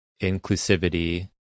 inclusivity